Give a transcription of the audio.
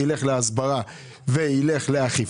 ילך להסברה ולאכיפה.